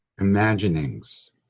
imaginings